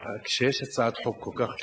כשיש הצעת חוק כל כך טובה,